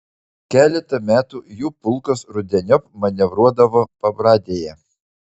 keletą metų jų pulkas rudeniop manevruodavo pabradėje